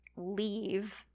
leave